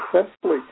successfully